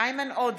איימן עודה,